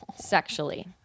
sexually